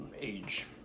age